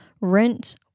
rent